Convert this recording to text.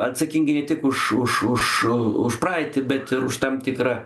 atsakingi ne tik už už už už praeitį bet ir už tam tikrą